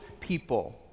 people